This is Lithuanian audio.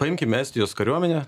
paimkim estijos kariuomenę